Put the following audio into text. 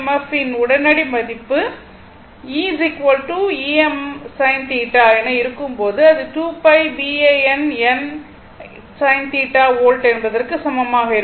F இன் உடனடி மதிப்பு e Em sin θ என இருக்கும் அது 2 π B A N n sin θ volt என்பதற்கு சமமாக இருக்கும்